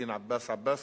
עורך-דין עבאס עבאס,